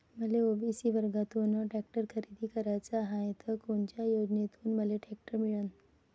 मले ओ.बी.सी वर्गातून टॅक्टर खरेदी कराचा हाये त कोनच्या योजनेतून मले टॅक्टर मिळन?